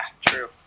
true